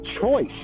choice